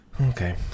Okay